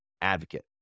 advocate